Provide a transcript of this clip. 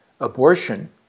abortion